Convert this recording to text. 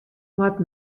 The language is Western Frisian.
moat